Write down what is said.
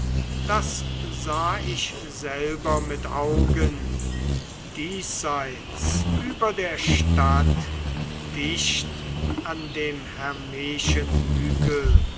das sah ich selber mit augen diesseits über der stadt dicht an dem hermeiischen